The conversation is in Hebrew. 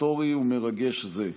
ומרגש זה.